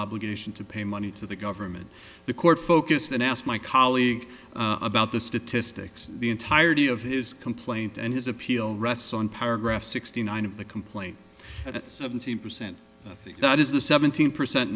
obligation to pay money to the government the court focused and asked my colleague about the statistics the entirety of his complaint and his appeal rests on paragraph sixty nine of the complaint at seventeen percent that is the seventeen percent